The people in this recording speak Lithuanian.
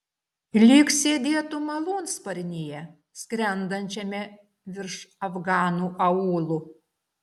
lyg sėdėtų malūnsparnyje skrendančiame virš afganų aūlų